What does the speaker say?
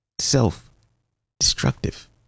self-destructive